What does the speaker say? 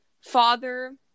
father